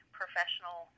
professional